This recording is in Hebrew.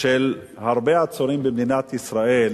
של הרבה עצורים במדינת ישראל,